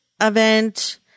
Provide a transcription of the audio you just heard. event